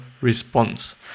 response